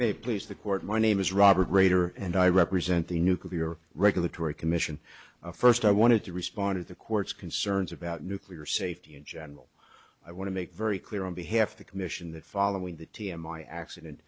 they please the court my name is robert rader and i represent the nuclear regulatory commission first i wanted to respond to the court's concerns about nuclear safety in general i want to make very clear on behalf of the commission that following the t m i accident